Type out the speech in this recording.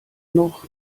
noch